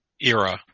era